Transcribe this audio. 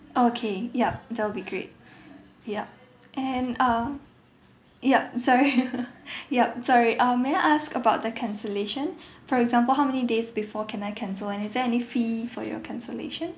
okay yup that'll be great yup and uh yup sorry yup sorry um may I ask about the cancellation for example how many days before can I cancel and is there any fee for your cancellation